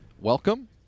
welcome